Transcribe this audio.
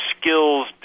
skills